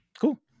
Cool